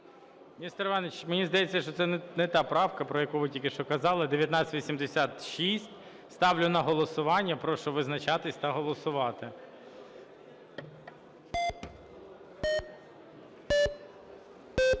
Нестор Іванович, мені здається, що це не та правка, про яку ви тільки що казали. 1986 ставлю на голосування. Прошу визначатись та голосувати.